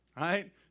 Right